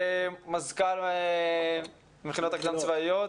מזכ"ל המכינות הקדם צבאיות.